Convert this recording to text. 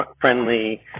friendly